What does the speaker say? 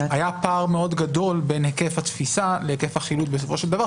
מאוד גדול בין היקף התפיסות להיקף החילוט בסופו של דבר,